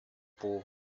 που